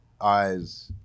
eyes